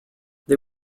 they